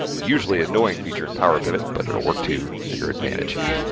usually annoying feature in power pivot but it'll work to your advantage here.